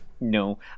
No